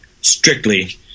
strictly